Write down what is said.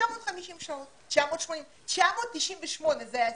950 שעות, 980 שעות, 998 שעות זה השיא.